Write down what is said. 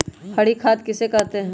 हरी खाद किसे कहते हैं?